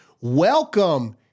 welcome